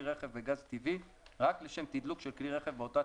רכב בגז טבעי רק לשם תדלוק של כלי רכב באותה